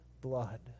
blood